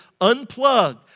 unplug